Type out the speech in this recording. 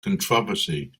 controversy